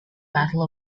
battle